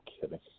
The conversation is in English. kidding